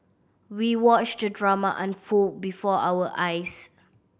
we watched the drama unfold before our eyes